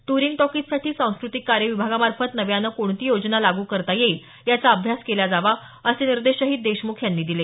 ट्रींग टॉकीजसाठी सांस्कृतिक कार्य विभागामार्फत नव्यानं कोणती योजना लागू करता येईल याचा अभ्यास केला जावा असे निर्देशही देशमुख यांनी यावेळी दिले